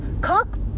Cock